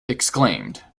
exclaimed